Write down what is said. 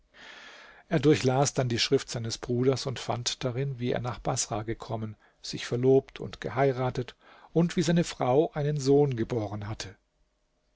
er durchlas dann die schrift seines bruders und fand darin wie er nach baßrah gekommen sich verlobt und geheiratet und wie seine frau einen sohn geboren hatte